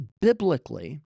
biblically